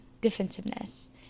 Defensiveness